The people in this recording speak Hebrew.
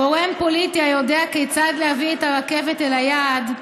גורם פוליטי היודע כיצד להביא את הרכבת אל היעד,